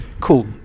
Cool